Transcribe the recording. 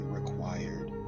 required